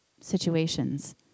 situations